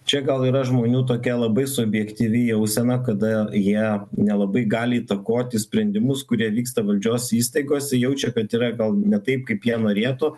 čia gal yra žmonių tokia labai subjektyvi jausena kada jie nelabai gali įtakoti sprendimus kurie vyksta valdžios įstaigose jaučia kad yra gal ne taip kaip jie norėtų